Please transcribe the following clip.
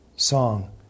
Song